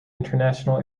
international